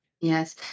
Yes